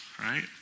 right